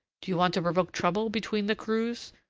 do you want to provoke trouble between the crews?